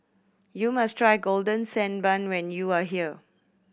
you must try Golden Sand Bun when you are here